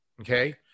Okay